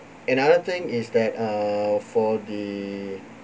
another thing is that err for the